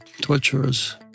torturers